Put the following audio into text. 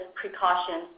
precautions